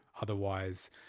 otherwise